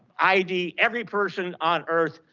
id every person on earth.